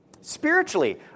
Spiritually